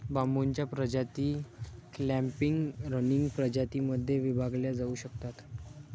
बांबूच्या प्रजाती clumping, running प्रजातीं मध्ये विभागल्या जाऊ शकतात